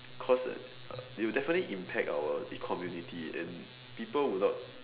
cause a uh it'll definitely impact our community and people will not